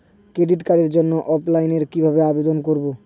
Credit কার্ডের জন্য অফলাইনে কিভাবে আবেদন করব?